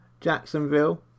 Jacksonville